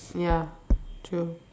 ya true